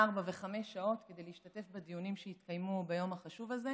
ארבע וחמש שעות כדי להשתתף בדיונים שהתקיימו ביום החשוב הזה.